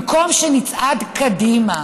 במקום שנצעד קדימה